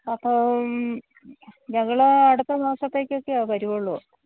അപ്പം ഞങ്ങൾ അടുത്ത മാസത്തേക്ക് ഒക്കെയേ വരികയുള്ളൂ